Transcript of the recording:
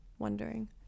wondering